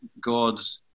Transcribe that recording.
God's